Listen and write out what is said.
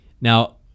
Now